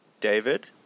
David